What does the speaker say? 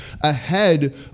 ahead